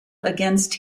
against